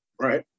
right